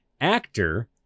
actor